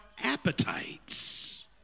appetites